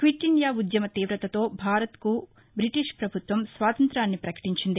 Quit India ఉద్యమ తీవతతో భారత్కు బ్రిటీష్ పభుత్వం స్వాతంత్యాన్ని పకటించింది